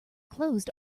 closed